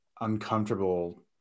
uncomfortable